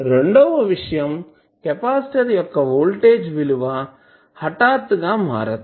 రెండవ విషయం కెపాసిటర్ యొక్క వోల్టేజ్ విలువ హఠాత్తుగా మారదు